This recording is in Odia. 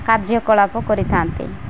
କାର୍ଯ୍ୟକଳାପ କରିଥାନ୍ତି